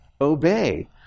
obey